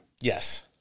Yes